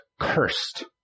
cursed